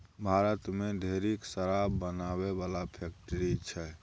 भारत मे ढेरिक शराब बनाबै बला फैक्ट्री छै